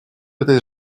этой